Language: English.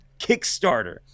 Kickstarter